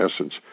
essence